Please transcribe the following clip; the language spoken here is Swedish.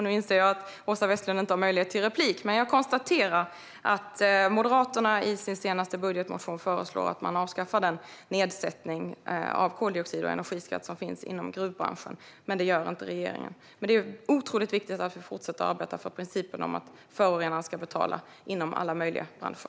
Nu inser jag att Åsa Westlund inte har möjlighet till replik, men jag konstaterar att Moderaterna i sin senaste budgetmotion föreslår att man avskaffar den nedsättning av koldioxid och energiskatt som finns inom gruvbranschen. Det gör dock inte regeringen. Det är otroligt viktigt att vi fortsätter att arbeta för principen om att förorenaren ska betala inom alla möjliga branscher.